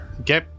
Okay